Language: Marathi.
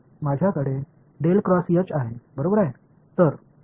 माझ्याकडे आहे बरोबर आहे